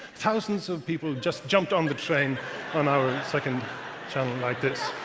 thousands of people just jumped on the train on our second channel like this.